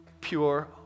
Pure